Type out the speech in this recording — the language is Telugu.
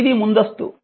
కాబట్టి ఇది ముందస్తు